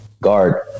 guard